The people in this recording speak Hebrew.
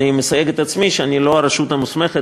אני מסייג את עצמי שאני לא הרשות המוסמכת,